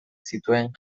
zituen